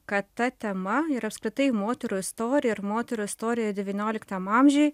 kad ta tema ir apskritai moterų istorija ir moterų istorija devynioliktam amžiuj